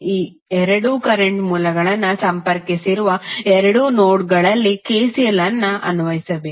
ಈ ಎರಡು ಕರೆಂಟ್ ಮೂಲಗಳನ್ನು ಸಂಪರ್ಕಿಸಿರುವ ಎರಡು ನೋಡ್ಗಳಲ್ಲಿ KCL ಅನ್ನು ಅನ್ವಯಿಸಬೇಕು